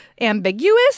ambiguous